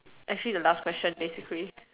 actually the last question basically